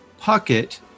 puckett